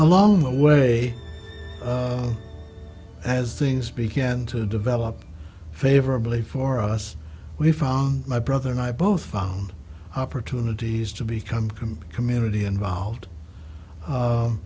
along the way as things began to develop favorably for us we found my brother and i both found opportunities to become complicit munity involved